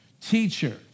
Teacher